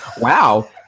wow